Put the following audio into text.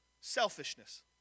selfishness